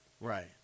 Right